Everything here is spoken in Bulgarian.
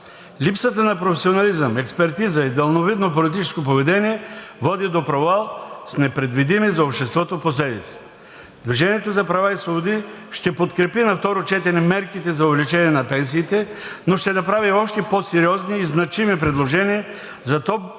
Липсата на професионализъм, експертиза и далновидно политическо поведение води до провал с непредвидими за обществото последици. „Движение за права и свободи“ ще подкрепи на второ четене мерките за увеличение на пенсиите, но ще направи още по-сериозни и значими предложения за по-добър